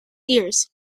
ears